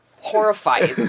horrified